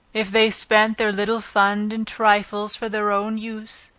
if they spent their little fund in trifles for their own use,